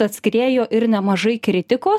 atskriejo ir nemažai kritikos